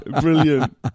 Brilliant